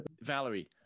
Valerie